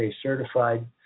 certified